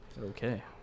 Okay